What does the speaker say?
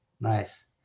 nice